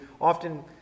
often